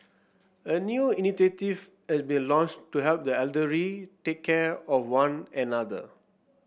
a new initiative has been launched to help the elderly take care of one another